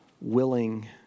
willing